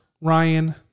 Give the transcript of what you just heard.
Ryan